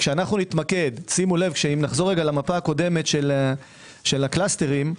אם נחזור למפה הקודמת של הקלסטרים,